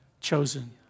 chosen